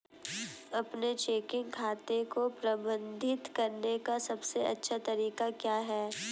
अपने चेकिंग खाते को प्रबंधित करने का सबसे अच्छा तरीका क्या है?